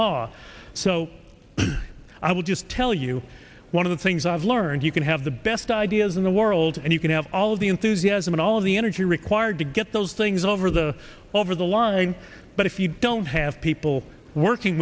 law so i will just tell you one of the things i've learned you can have the best ideas in the world and you can have all of the enthusiasm and all of the energy required to get those things over the over the line but if you don't have people working